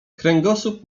kręgosłup